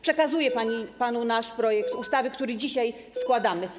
Przekazuję panu nasz projekt ustawy, który dzisiaj składamy.